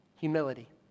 humility